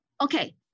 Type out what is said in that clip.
Okay